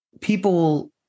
People